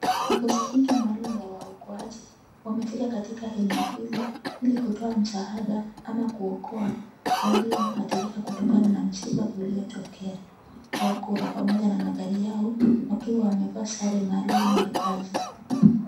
Kikosi hiki maalumi ya wakoaji wamefika katika eneo hili, ili kutoa msaada ama kuwaokoa walio athirika kutokana na msiba ulio tokea, wako na pamoja na magari yao wakiwa wamevaa sare maalumu ya kazi.